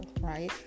right